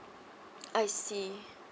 I see